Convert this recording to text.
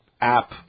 app